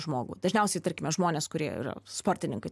žmogų dažniausiai tarkime žmones kurie yra sportininkai